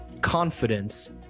confidence